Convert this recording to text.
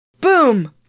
boom